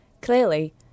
Clearly